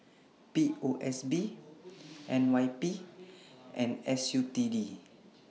P O S B N Y P and S U T D